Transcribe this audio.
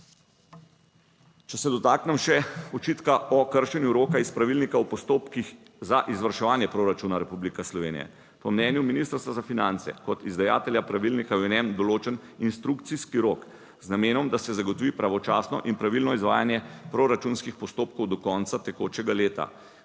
Če se dotaknem še očitka o kršenju roka iz Pravilnika o postopkih za izvrševanje proračuna Republike Slovenije. Po mnenju Ministrstva za finance kot izdajatelja pravilnika je v njem določen instrukcijski rok z namenom, da se zagotovi pravočasno in pravilno izvajanje proračunskih postopkov do konca tekočega leta.